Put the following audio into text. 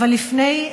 אבל לפני,